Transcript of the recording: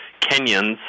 kenyans